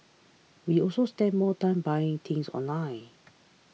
we also spend more time buying things online